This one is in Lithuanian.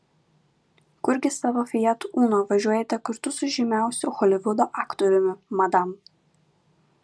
kurgi savo fiat uno važiuojate kartu su žymiausiu holivudo aktoriumi madam